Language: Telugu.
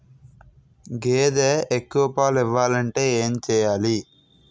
గేదె ఎక్కువ పాలు ఇవ్వాలంటే ఏంటి చెయాలి?